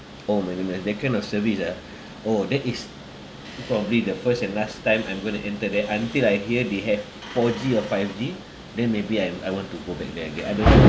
oh meaningless that kind of service ah oh that is probably the first and last time I'm going to enter there until I hear they have four G or five G then maybe I I'll want to go back there again I don't